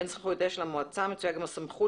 בין זכויותיה של המועצה מצויה גם הסמכות